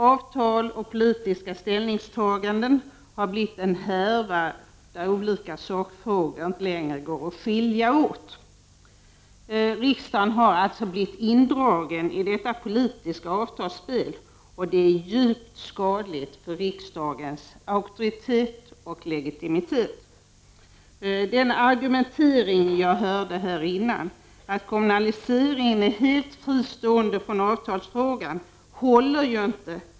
Avtal och politiska ställningstaganden har blivit en härva, där olika sakfrågor inte längre går att skilja åt. Riksdagen har alltså blivit indragen i detta politiska avtalsspel. Det är djupt skadligt för riksdagens auktoritet och legitimitet. Den argumentering jag hörde här innan, att kommunaliseringen är helt fristående från avtalsfrågan, håller inte.